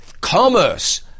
commerce